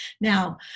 Now